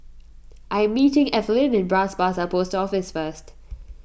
I am meeting Ethelyn at Bras Basah Post Office first